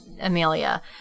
Amelia